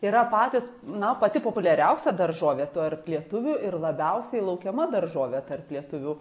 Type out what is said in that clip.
yra patys na pati populiariausia daržovė tarp lietuvių ir labiausiai laukiama daržovė tarp lietuvių